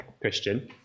Christian